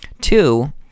Two